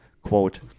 quote